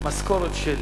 משכורת של